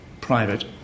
private